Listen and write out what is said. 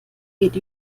geht